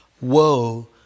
Woe